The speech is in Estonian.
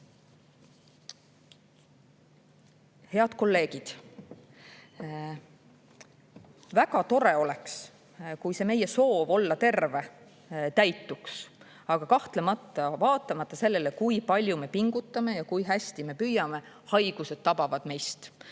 Head kolleegid! Väga tore oleks, kui see meie soov olla terve täituks, aga vaatamata sellele, kui palju me pingutame ja kui hästi me püüame, tabavad haigused meist